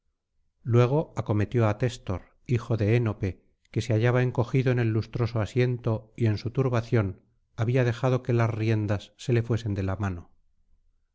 luego acometió á téstor hijo de enope que se hallaba encogido en el lustroso asiento y en su turbación había dejado que las riendas se le fuesen de la mano